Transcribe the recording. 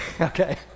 Okay